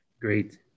Great